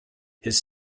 his